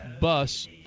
bus